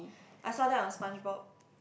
I saw that on SpongeBob